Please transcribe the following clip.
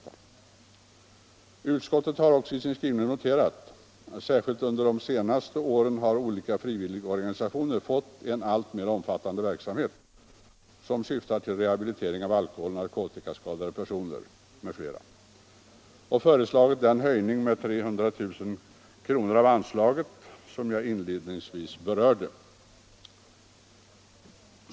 Socialutskottet har också i sin skrivning noterat: ”Särskilt under de senaste åren har olika frivilligorganisationer fått en alltmer omfattande verksamhet som syftar till rehabilitering av alkohol eller narkotikaskadade personer m.fl.” Man har i enlighet härmed föreslagit en höjning med 300 000 kr. av anslaget som jag inledningsvis berörde.